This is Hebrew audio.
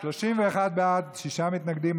31 בעד, שישה מתנגדים.